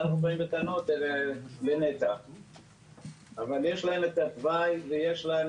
אנחנו באים בטענות אל נת"ע אבל יש להם את התוואי ויש להם